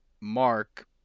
Mark